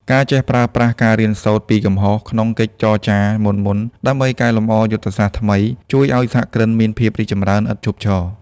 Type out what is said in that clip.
ការចេះប្រើប្រាស់ "ការរៀនសូត្រពីកំហុស" ក្នុងកិច្ចចរចាមុនៗ ដើម្បីកែលម្អយុទ្ធសាស្ត្រថ្មី ជួយឱ្យសហគ្រិនមានការរីកចម្រើនឥតឈប់ឈរ។